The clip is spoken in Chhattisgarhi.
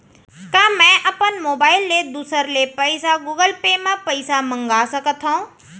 का मैं अपन मोबाइल ले दूसर ले पइसा गूगल पे म पइसा मंगा सकथव?